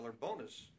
bonus